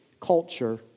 culture